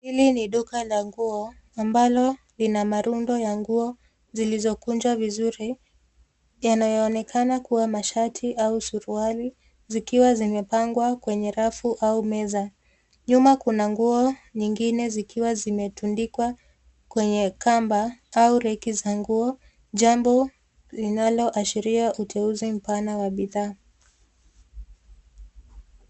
Hili ni duka la nguo ambalo lina marundo ya nguo zilizokunjwa vizuri yanayoonekana kuwa mashati au suruali zikiwa zimepangwa kwenye rafu au meza. Nyuma kuna nguo nyingine zikiwa zimetundikwa kwenye kamba au reki za nguo jambo linaloashiria uteuzi mpana wa bidhaa.